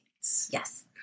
yes